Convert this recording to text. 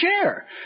share